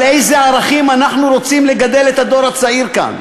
על איזה ערכים אנחנו רוצים לגדל את הדור הצעיר כאן?